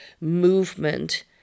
movement